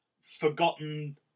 forgotten